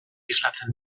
islatzen